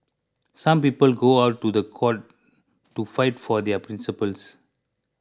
some people go on to the court to fight for their principles